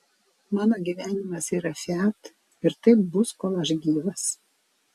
mano gyvenimas yra fiat ir taip bus kol aš gyvas